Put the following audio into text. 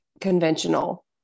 conventional